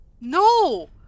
no